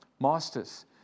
Masters